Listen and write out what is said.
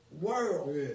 world